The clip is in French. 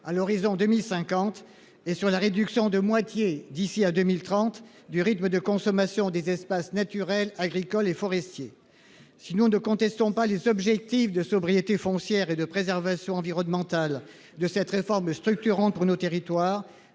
à l'horizon 2050 et sur la réduction de moitié d'ici à 2030, du rythme de consommation des espaces naturels agricoles et forestiers. Si nous ne contestons pas les objectifs de sobriété foncière et de préservation environnementale de cette réforme structurante pour nos territoires